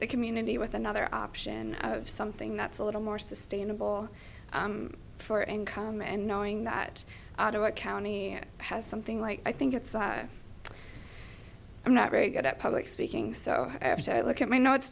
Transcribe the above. the community with another option of something that's a little more sustainable for income and knowing that our county has something like i think it's i'm not very good at public speaking so after i look at my n